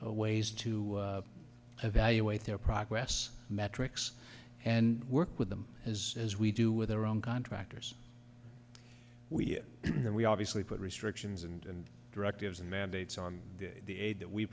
goals ways to evaluate their progress metrics and work with them as as we do with their own contractors and we obviously put restrictions and directives and mandates on the aid that we